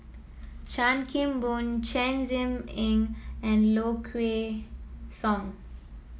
Chan Kim Boon Chen Zhiming and Low Kway Song